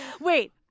Wait